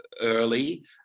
early